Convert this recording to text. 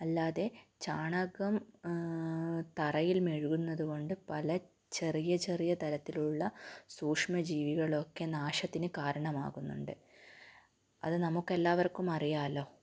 അല്ലാതെ ചാണകം തറയിൽ മെഴുകുന്നത് കൊണ്ട് പല ചെറിയ ചെറിയ തരത്തിലുള്ള സൂക്ഷ്മ ജീവികളൊക്കെ നാശത്തിന് കാരണമാകുന്നുണ്ട് അത് നമുക്കെല്ലാവർക്കും അറിയാല്ലോ